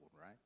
right